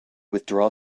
withdraw